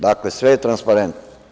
Dakle, sve je transparentno.